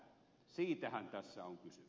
siitähän tässä on kyse